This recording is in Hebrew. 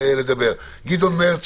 גדעון מרץ,